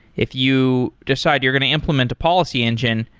if you decide you're going to implement the policy engine,